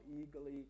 eagerly